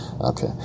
Okay